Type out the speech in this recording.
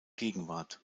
gegenwart